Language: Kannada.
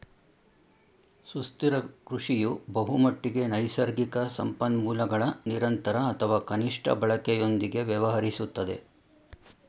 ಸುಸ್ಥಿರ ಕೃಷಿಯು ಬಹುಮಟ್ಟಿಗೆ ನೈಸರ್ಗಿಕ ಸಂಪನ್ಮೂಲಗಳ ನಿರಂತರ ಅಥವಾ ಕನಿಷ್ಠ ಬಳಕೆಯೊಂದಿಗೆ ವ್ಯವಹರಿಸುತ್ತದೆ